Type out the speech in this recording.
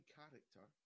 character